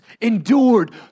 endured